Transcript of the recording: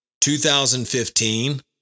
2015